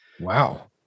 Wow